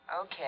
Okay